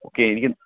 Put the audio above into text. ഖേദിക്കും